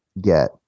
get